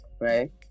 right